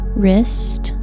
wrist